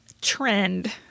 trend